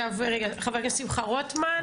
חבר הכנסת שמחה רוטמן.